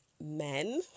men